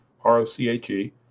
R-O-C-H-E